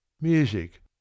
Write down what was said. Music